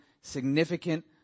significant